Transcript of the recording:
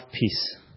peace